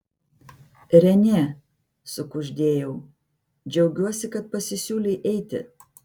renė sukuždėjau džiaugiuosi kad pasisiūlei eiti